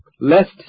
lest